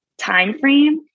timeframe